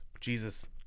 Jesus